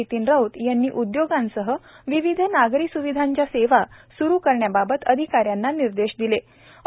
नितीन राऊत यांनी उद्योगांसह विविध नागरी स्विधांच्या सेवा स्रु करण्याबाबत अधिकाऱ्यांना निर्देश दिलेत